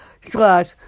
slash